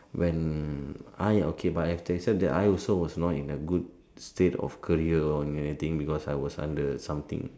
when I okay but I have to accept that I also was not in a good state of career or anything because I was under something